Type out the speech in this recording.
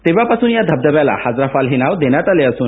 तेव्हापासून या धबधब्याला हजाराफाल हे नाव देण्यात आले असून